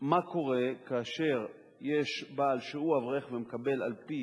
מה קורה כאשר יש בעל שהוא אברך ומקבל על-פי